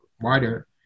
wider